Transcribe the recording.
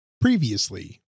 previously